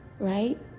Right